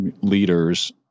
leaders